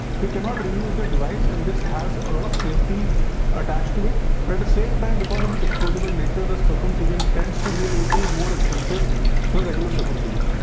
we cannot ah use their device and this has a lot of safety attached to it. but at the same time, because of a disposable nature, the circumcision tends to be a little more expensive than regular circumcision.